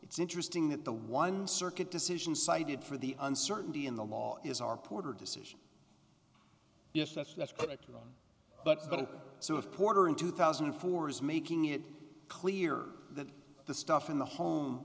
it's interesting that the one circuit decision cited for the uncertainty in the law is our porter decision yes that's that's correct but so if porter in two thousand and four is making it clear that the stuff in the home